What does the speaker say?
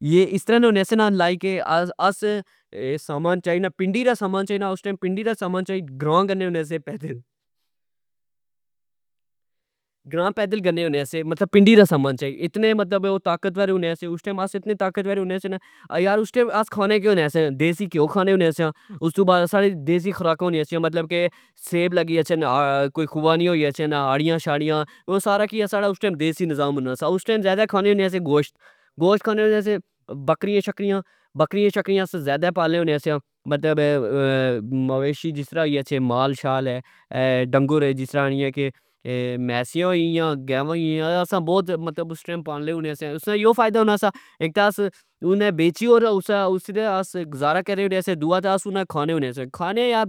یہ اس طرع نے ہونے سے نا لائک آس سامان چائی نا اس ٹئم پنڈی نا سامان چائی گراگنے ہونے سے, پیسے گرا پیدل گنے ہونے سے .اتنے مطلب او طاقت ور ہونے اس ٹئم آس اتنے طاقت ور ہونے سے نا اس ٹئم آس کھانے کہ ہونے سیا ,دیسی کیو کھانے سیا ,استو بعد ساڑیاں دیسی خوراکاں ہونیا سیا ,مطلب کہ سیب لگی گچھن ,حوبانیایوئی گچھن ,ہاڑیا شاڑیا ,او سارا کج ساڑا دیسی نظام ہونا سا اس ٹئم ذیادہ آس کھانے ہونے سیاں گوشت گوشت کھانے سیاں بکریا شکریا بکریا شکریا اسا ذیادہ پالنے سیا مطلب اے مویشی جسرہ ہوئی گئے مال شال اے ڈنگر اے جسرہ آکھنی اہہ کہ میسیا ہوئی گیا گیوا ہوئی گیا .اسا بوت اس ٹئم مطلب پالنے ہونے سیااس نا یو فئدا ہانا سا اک تہ اس انا کی بیچی تہ اسنا گزارا کرنے ہونے سیا .دوا تہ اس انا کی کھانے ہونے سیا